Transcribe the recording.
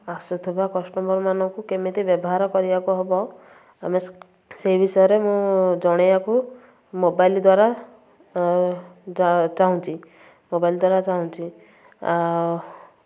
ଆସୁଥିବା କଷ୍ଟମରମାନଙ୍କୁ କେମିତି ବ୍ୟବହାର କରିବାକୁ ହେବ ଆମେ ସେଇ ବିଷୟରେ ମୁଁ ଜଣାଇବାକୁ ମୋବାଇଲ୍ ଦ୍ୱାରା ଚାହୁଁଛି ମୋବାଇଲ୍ ଦ୍ୱାରା ଚାହୁଁଛି ଆଉ